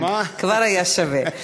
כבר היה שווה.